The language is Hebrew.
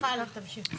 מיכל, את תמשיכי.